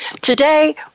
Today